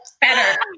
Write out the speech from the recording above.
Better